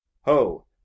Ho